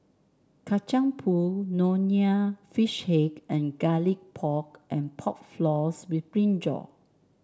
Kacang Pool Nonya Fish Head and Garlic Pork and Pork Floss with brinjal